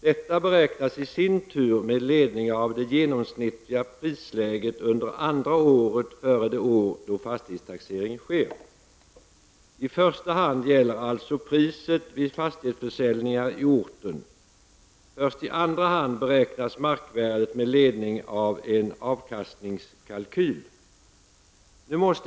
Detta beräknas i sin tur med ledning av det genomsnittliga prisläget under andra året före det år då fastighetstaxering sker. I första hand gäller alltså priset vid fastighetsförsäljningar i orten. Först i andra hand beräknas marknadsvärdet med ledning av en avkastningskalkyl.